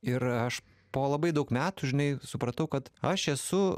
ir aš po labai daug metų žinai supratau kad aš esu